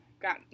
got